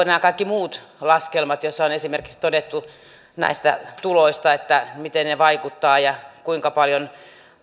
nämä kaikki muut laskelmat joissa on esimerkiksi todettu näistä tuloista miten ne vaikuttavat ja siitä kuinka paljon